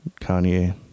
Kanye